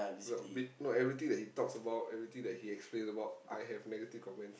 no b~ no everything that he talks about everything that he explain about I have negative comment